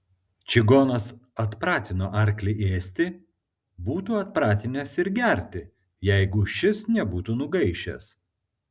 čigonas atpratino arklį ėsti būtų atpratinęs ir gerti jeigu šis nebūtų nugaišęs